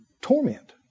Torment